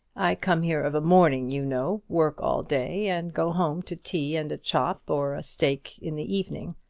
i come here of a morning, you know, work all day, and go home to tea and a chop or a steak in the evening.